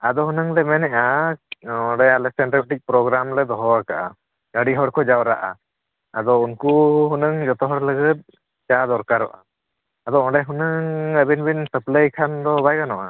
ᱟᱫᱚ ᱦᱩᱱᱟᱹᱝ ᱞᱮ ᱢᱮᱱᱮᱜᱼᱟ ᱱᱚᱰᱮ ᱟᱞᱮ ᱥᱮᱫ ᱨᱮ ᱢᱤᱫᱴᱤᱡ ᱯᱨᱳᱜᱽᱨᱟᱢ ᱞᱮ ᱫᱚᱦᱚ ᱠᱟᱜᱼᱟ ᱟᱹᱰᱤ ᱦᱚᱲ ᱠᱚ ᱡᱟᱣᱨᱟᱜᱼᱟ ᱟᱫᱚ ᱩᱱᱠᱩ ᱦᱩᱱᱟᱹᱝ ᱡᱚᱛᱚ ᱦᱚᱲ ᱞᱟᱹᱜᱤᱫ ᱪᱟ ᱫᱚᱨᱠᱟᱨᱚᱜᱼᱟ ᱟᱫᱚ ᱚᱸᱰᱮ ᱦᱩᱱᱟᱹᱜ ᱟᱹᱵᱤᱱ ᱵᱤᱱ ᱥᱟᱯᱞᱟᱭ ᱠᱷᱟᱱ ᱫᱚ ᱵᱟᱭ ᱜᱟᱱᱚᱜᱼᱟ